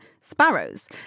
sparrows